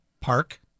Park